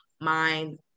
mind